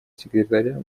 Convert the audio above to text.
секретаря